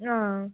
हां